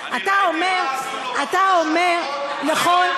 אתה אומר, אני לא האמנתי, נכון.